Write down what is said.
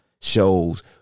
Shows